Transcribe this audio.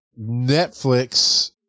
Netflix